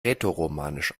rätoromanisch